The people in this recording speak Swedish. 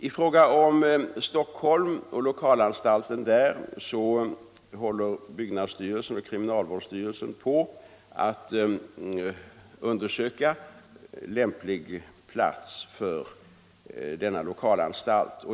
I fråga om lokalanstalten i Stockholm håller byggnadsstyrelsen och kriminalvårdsstyrelsen på att undersöka vilken plats som kan vara lämplig för denna lokalanstalt.